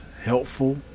helpful